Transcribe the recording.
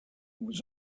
was